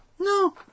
No